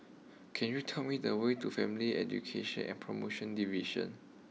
can you tell me the way to Family Education and promotion Division